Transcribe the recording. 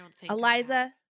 Eliza